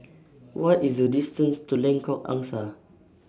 What IS The distance to Lengkok Angsa